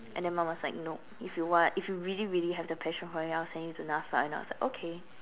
and then mum was like nope if you want like if you really really have the passion for it I will send you to N_A_F_A and I was like okay